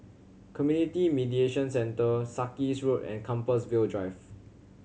Community Mediation Centre Sarkies Road and Compassvale Drive